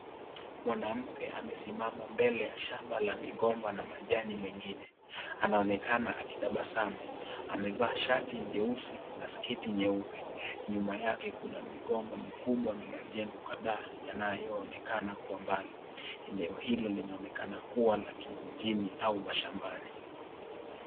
Mwanamke amesimama mbele ya shamba la migomba na majani mengine anaonekana akitabasamu amevaa shati jeusi na sketi nyeupe nyuma yake kuna migomba mikubwa na majengo kadhaa yanayoonekana kwa mbali ,eneo hilo linaonekana kuwa la kijijini au mashambani.